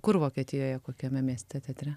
kur vokietijoje kokiame mieste teatre